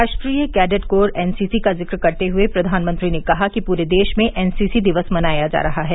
राष्ट्रीय cadet corps NCC का जिक्र करते हुए प्रधानमंत्री ने कहा कि पूरे देश में एनसीसी दिवस मनाया जा रहा है